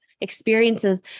experiences